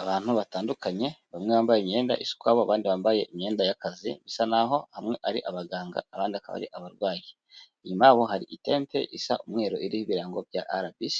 Abantu batandukanye bamwe bambaye imyenda isa ukwabo, abandi bambaye imyenda y'akazi, bisa naho bamwe ari abaganga, abandi akaba ari abarwayi, inyuma yabo hari itente isa umweru, iriho ibirango bya RBC